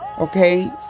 Okay